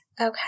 Okay